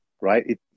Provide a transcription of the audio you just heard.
right